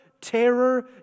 terror